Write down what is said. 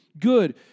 good